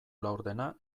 laurdena